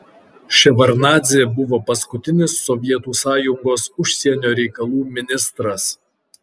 ševardnadzė buvo paskutinis sovietų sąjungos užsienio reikalų ministras